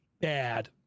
bad